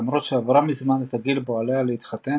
למרות שעברה מזמן את הגיל בו עליה להתחתן,